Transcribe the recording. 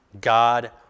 God